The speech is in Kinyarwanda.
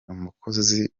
umukozi